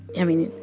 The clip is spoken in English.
i mean,